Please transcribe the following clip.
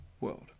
world